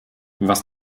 was